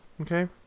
okay